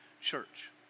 Church